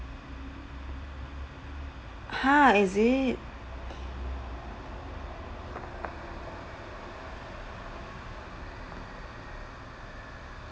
ha is it